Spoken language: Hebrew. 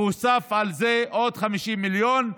והוספו על זה עוד 50 מיליון.